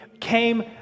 came